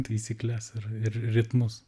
taisykles ir ir ritmus